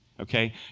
okay